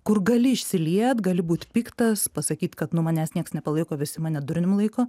kur gali išsiliet gali būt piktas pasakyt kad nu manęs nieks nepalaiko visi mane durnium laiko